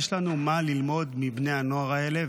יש לנו מה ללמוד מבני הנוער האלה,